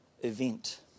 event